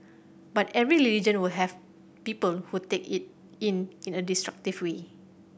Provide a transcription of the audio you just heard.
but every religion will have people who take it in in a destructive way